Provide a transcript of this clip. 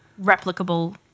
replicable